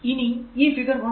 ഇനി ഈ ഫിഗർ 1